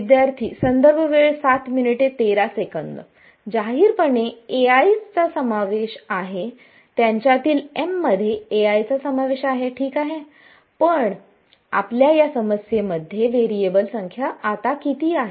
विद्यार्थीः जाहीरपणे 's यांचा समावेश आहे त्यांच्यातील m मध्ये चा समावेश आहे ठीकआहे पण आपल्या या समस्येमध्ये वेरिएबल संख्या आता किती आहे